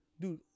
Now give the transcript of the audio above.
dude